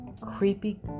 creepy